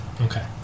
Okay